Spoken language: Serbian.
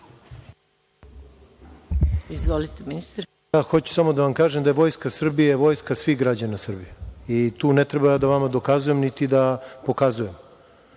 Izvolite, ministre. **Zoran Đorđević** Hoću samo da vam kažem da je Vojska Srbije vojska svih građana Srbije i tu ne treba da vama dokazujem, niti da pokazujem.